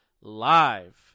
live